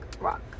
rock